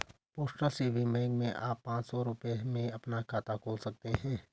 postal saving bank में आप पांच सौ रूपये में अपना खाता खोल सकते हैं